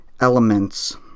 elements